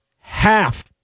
Half